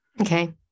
okay